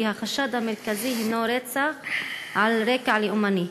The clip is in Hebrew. כי החשד המרכזי הוא רצח על רקע לאומני?